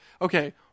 Okay